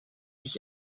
ich